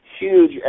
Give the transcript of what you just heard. huge